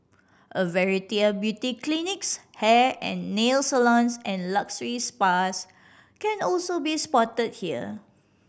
a variety of beauty clinics hair and nail salons and luxury spas can also be spotted here